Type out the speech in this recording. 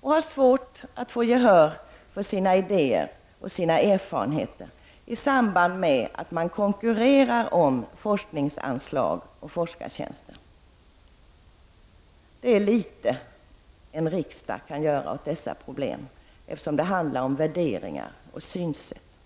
och har svårt att få gehör för sina idéer och erfarenheter i samband med att de konkurrerar om forskningsanslag och forskartjänster. Det är inte mycket riksdagen kan göra åt dessa problem, eftersom det handlar om värderingar och synsätt.